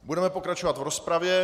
Budeme pokračovat v rozpravě.